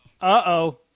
Uh-oh